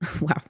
Wow